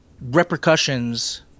Repercussions